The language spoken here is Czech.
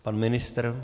Pan ministr?